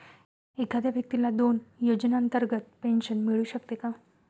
एखाद्या व्यक्तीला दोन योजनांतर्गत पेन्शन मिळू शकते का?